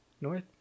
North